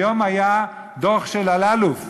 היום היה דוח של אלאלוף,